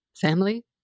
family